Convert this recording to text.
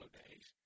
days